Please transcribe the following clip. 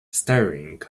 staring